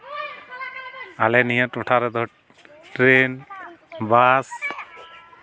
ᱟᱞᱮ ᱱᱤᱭᱟᱹ ᱴᱚᱴᱷᱟ ᱨᱮᱫᱚ ᱴᱨᱮᱹᱱ ᱵᱟᱥ